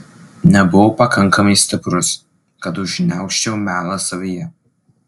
nebuvau pakankamai stiprus kad užgniaužčiau melą savyje